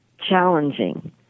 challenging